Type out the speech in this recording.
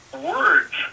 words